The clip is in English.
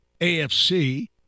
AFC